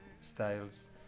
styles